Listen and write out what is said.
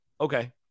okay